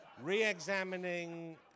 re-examining